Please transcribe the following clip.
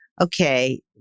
okay